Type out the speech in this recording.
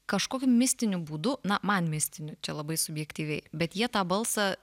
kažkokiu mistiniu būdu na man mistiniu čia labai subjektyviai bet jie tą balsą